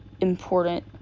important